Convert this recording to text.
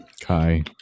Kai